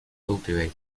cultivated